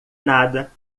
nada